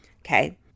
Okay